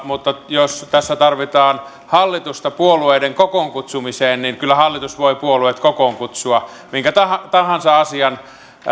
mutta jos tässä tarvitaan hallitusta puolueiden kokoonkutsumiseen niin kyllä hallitus voi puolueet kokoon kutsua minkä tahansa tahansa asian